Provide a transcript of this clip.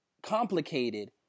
complicated